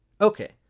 Okay